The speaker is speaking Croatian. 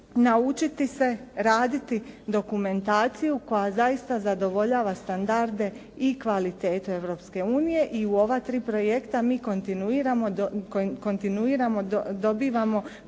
naučiti se raditi dokumentaciju koja zaista zadovoljava standarde i kvalitete Europske unije i u ova tri projekta mi kontinuirano dobivamo povratnu